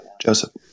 Joseph